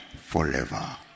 forever